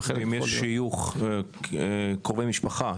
וגם אם יש שיוך לקרובי משפחה.